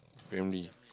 family